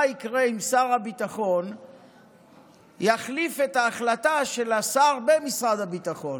מה יקרה אם שר הביטחון יחליף את ההחלטה של השר במשרד הביטחון?